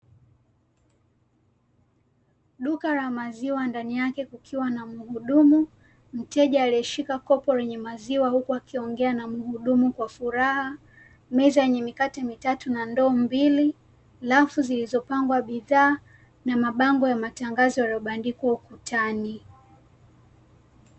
Duka la maziwa ndani yake kukiwa na mhudumu mteja aliyeshika kopo lenye maziwa huku akiongea na mhudumu kwa furaha, meza yenye mikate mitatu na ndoo mbli, rafu zilizopangwa bidhaa na mabango ya matangazo yaliyobandikwa ukutani.